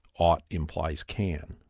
ought implies can,